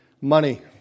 Money